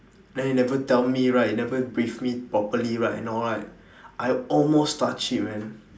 then he never tell me right he never brief me properly right and all right I almost touched it man